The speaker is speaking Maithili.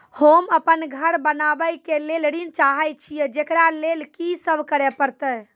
होम अपन घर बनाबै के लेल ऋण चाहे छिये, जेकरा लेल कि सब करें परतै?